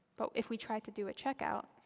but if we tried to do a checkout,